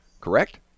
Correct